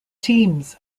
teams